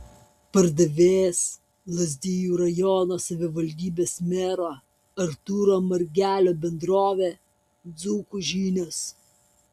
pardavėjas lazdijų rajono savivaldybės mero artūro margelio bendrovė dzūkų žinios